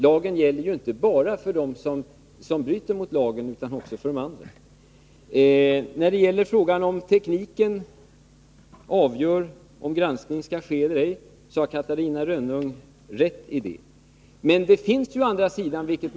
Lagen gäller inte bara för dem som bryter mot lagen utan även de andra. Catarina Rönnung har rätt i att tekniken avgör om granskning skall ske eller ej.